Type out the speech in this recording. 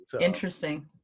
Interesting